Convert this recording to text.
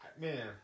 Man